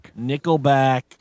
Nickelback